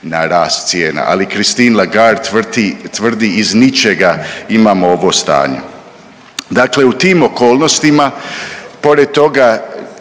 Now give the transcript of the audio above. na rast cijena. Ali Christine Lagarde tvrdi iz ničega imamo ovo stanje. Dakle u tim okolnostima pored toga